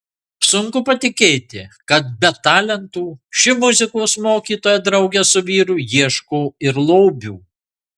sunku patikėti kad be talentų ši muzikos mokytoja drauge su vyru ieško ir lobių